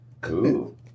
Cool